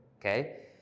okay